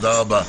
תודה רבה.